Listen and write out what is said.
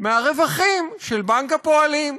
מהרווחים של בנק הפועלים.